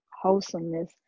wholesomeness